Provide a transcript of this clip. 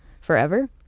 forever